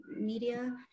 media